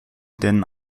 denn